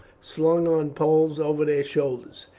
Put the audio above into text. slung on poles over their shoulders.